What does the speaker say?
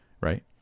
right